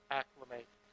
acclimate